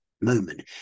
moment